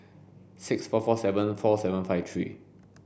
six four four seven four seven five three